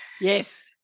Yes